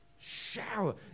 shower